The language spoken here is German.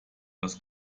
das